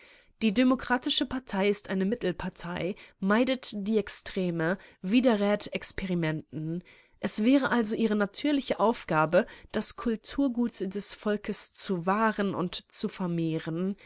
die demokratische partei ist eine mittelpartei meidet die extreme widerrät experimenten es wäre also ihre natürliche aufgabe das kulturgut des volkes zu wahren und zu vermehren